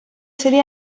serie